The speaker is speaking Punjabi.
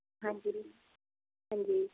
ਹਾਂਜੀ ਜੀ ਹਾਂਜੀ